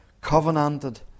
covenanted